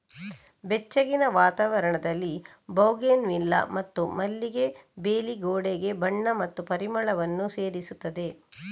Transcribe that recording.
ಬೆಚ್ಚಗಿನ ವಾತಾವರಣದಲ್ಲಿ ಬೌಗೆನ್ವಿಲ್ಲಾ ಮತ್ತು ಮಲ್ಲಿಗೆ ಬೇಲಿ ಗೋಡೆಗೆ ಬಣ್ಣ ಮತ್ತು ಪರಿಮಳವನ್ನು ಸೇರಿಸುತ್ತದೆ